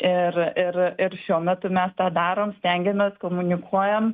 ir ir ir šiuo metu mes tą darom stengiamės komunikuojam